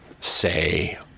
say